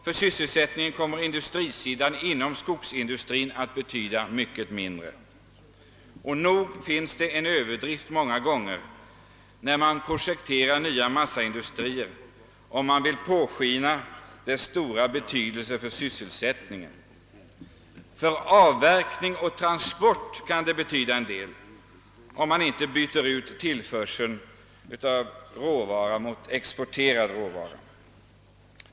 För sysselsättningen kommer industrisidan inom skogsindustrin att betyda mycket mindre. Nog överdriver man många gånger när man anser projekterandet av nya massaindustrier vara av så stor betydelse för sysselsättningen. För avverkning och transport kan det betyda en del, om man inte byter ut den egna tillförseln av råvara mot exporterad råvara exempelvis till Norge.